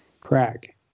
Crack